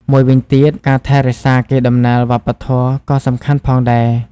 មួយវិញទៀតការថែរក្សាកេរដំណែលវប្បធម៌ក៏សំខាន់ផងដែរ។